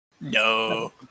no